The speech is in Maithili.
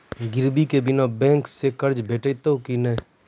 गिरवी के बिना बैंक सऽ कर्ज भेटतै की नै?